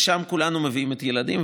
לשם כולנו מביאים את הילדים,